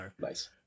Nice